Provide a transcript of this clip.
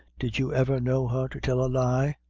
did you ever know her to tell a lie?